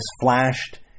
flashed